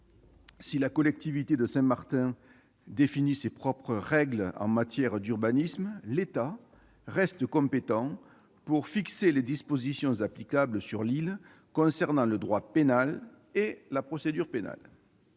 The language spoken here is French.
Si la collectivité de Saint-Martin définit ses propres règles en matière d'urbanisme, l'État reste compétent pour fixer les dispositions applicables sur l'île concernant le droit pénal et la procédure pénale.